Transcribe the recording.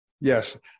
Yes